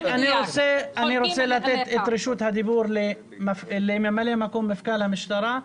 אני רוצה לתת את רשות הדיבור לממלא מקום מפכ"ל המשטרה.